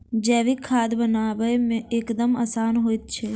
जैविक खाद बनायब एकदम आसान होइत छै